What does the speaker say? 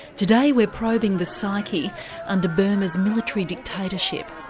today we're probing the psyche under burma's military dictatorship.